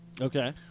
Okay